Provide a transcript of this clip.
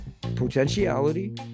potentiality